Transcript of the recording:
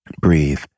Breathe